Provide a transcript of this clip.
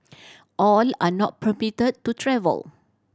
all are not permit to travel